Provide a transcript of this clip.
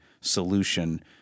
solution